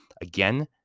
again